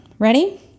ready